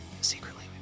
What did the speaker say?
secretly